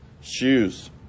shoes